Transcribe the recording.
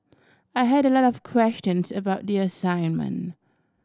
I had a lot of questions about the assignment